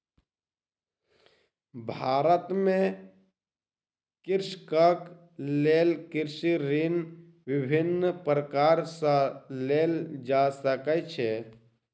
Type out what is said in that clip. भारत में कृषकक लेल कृषि ऋण विभिन्न प्रकार सॅ लेल जा सकै छै